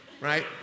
right